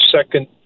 second